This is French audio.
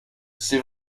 c’est